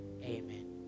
Amen